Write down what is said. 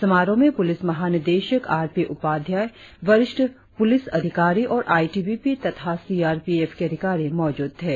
समारोह में पुलिस महा निदेशक आर पी उपाध्याय वरिष्ठ पुलिस अधिकारी और आई टी बी पी तथा सी आर पी एफ के अधिकारी मौजूद थे